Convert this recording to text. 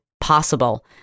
possible